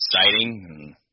exciting